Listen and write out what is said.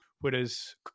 Whereas